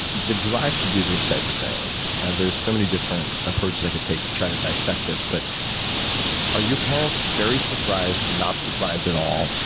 drive to do this type of thing there's so many different approaches i could take to try to dissect this, but are your parents very surprised, not surprised at all,